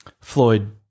Floyd